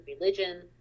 religion